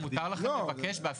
כ"ה בתמוז,